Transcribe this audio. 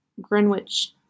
Greenwich